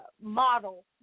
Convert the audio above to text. model